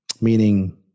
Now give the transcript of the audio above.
Meaning